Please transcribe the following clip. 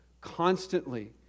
constantly